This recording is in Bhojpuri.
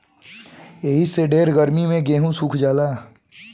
एही से ढेर गर्मी मे गेहूँ सुख जाला